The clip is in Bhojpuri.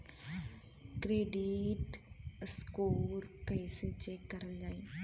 क्रेडीट स्कोर कइसे चेक करल जायी?